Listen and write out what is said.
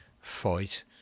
fight